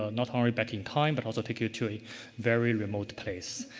not only back in time, but also take you to a very remote place.